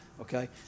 okay